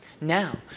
Now